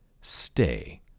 stay